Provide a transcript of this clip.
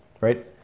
right